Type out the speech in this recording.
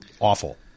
awful